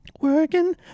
Working